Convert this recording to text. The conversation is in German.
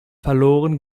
verloren